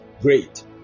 Great